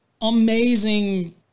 amazing